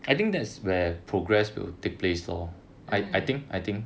mm